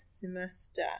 semester